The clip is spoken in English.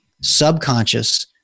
subconscious